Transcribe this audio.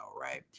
right